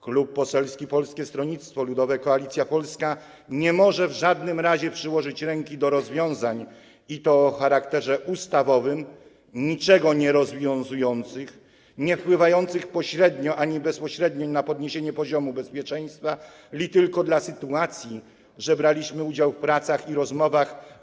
Klub Parlamentarny Polskie Stronnictwo Ludowe - Koalicja Polska w żadnym razie nie może przyłożyć ręki do rozwiązań, i to o charakterze ustawowym, niczego nierozwiązujących, niewpływających pośrednio ani bezpośrednio na podniesienie poziomu bezpieczeństwa li tylko dla satysfakcji, że brał udział w pracach i rozmowach.